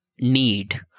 need